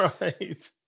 Right